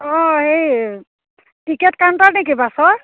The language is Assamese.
অঁ এই টিকেট কাউণ্টাৰ নেকি বাছৰ